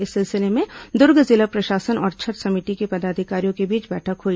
इस सिलसिले में दूर्ग जिला प्रशासन और छठ समिति के पदाधिकारियों के बीच बैठक हुई